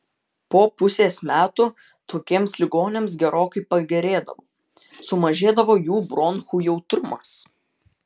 po pusės metų tokiems ligoniams gerokai pagerėdavo sumažėdavo jų bronchų jautrumas